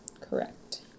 Correct